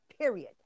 period